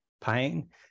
pain